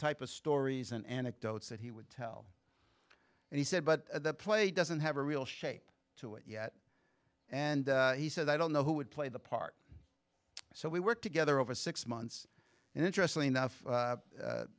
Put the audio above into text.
type of stories and anecdotes that he would tell and he said but the play doesn't have a real shape to it yet and he said i don't know who would play the part so we worked together over six months and interestingly enough